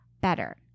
better